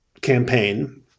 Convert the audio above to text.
campaign